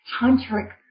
tantric